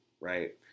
right